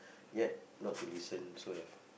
yet not to listen so have